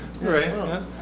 Right